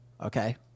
okay